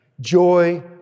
Joy